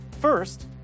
First